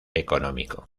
económico